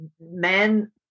men